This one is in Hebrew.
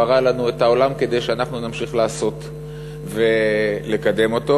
ברא לנו את העולם כדי שאנחנו נמשיך לעשות ולקדם אותו.